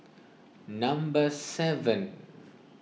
number seven